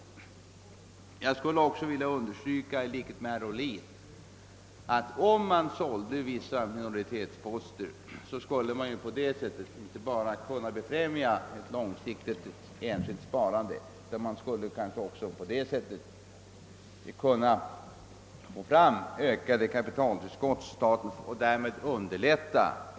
I likhet med herr Ohlin skulle jag också vilja understryka att om man sålde vissa minoritetsposter, skulle på det sättet inte bara ett långsiktigt enskilt sparande främjas, utan därigenom skulle man kanske också kunna få fram ett ökat kapitaltillskott för staten.